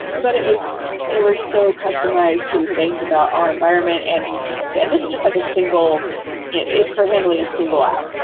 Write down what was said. but it was it was so customized to things about our environment. and and this is just like a single it's for handling a single app.